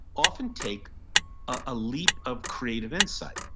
often take a leap of creative insight.